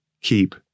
keep